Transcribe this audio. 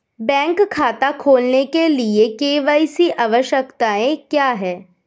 Bank खाता खोलने के लिए के.वाई.सी आवश्यकताएं क्या हैं?